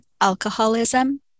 alcoholism